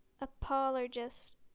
apologist